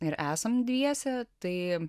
ir esam dviese tai